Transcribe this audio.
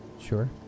Sure